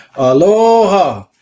Aloha